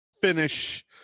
finish